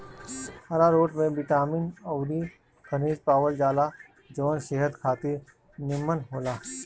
आरारोट में बिटामिन अउरी खनिज पावल जाला जवन सेहत खातिर निमन होला